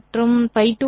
2 அச்சு